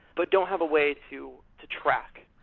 but don't have a way to to track,